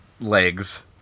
legs